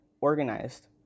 organized